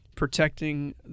protecting